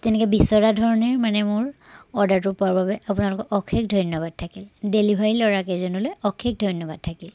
তেনেকৈ বিচৰা ধৰণেৰেই মানে মোৰ অৰ্ডাৰটো পোৱাৰ বাবে আপোনালোকক অশেষ ধন্যবাদ থাকিল ডেলিভাৰী ল'ৰাকেইজনলৈ অশেষ ধন্যবাদ থাকিল